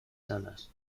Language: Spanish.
salas